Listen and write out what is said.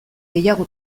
gehiago